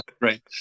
right